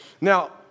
Now